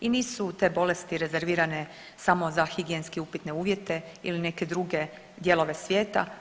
I nisu te bolesti rezervirane samo za higijenski upitne uvjete ili neke druge dijelove svijeta.